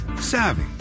savvy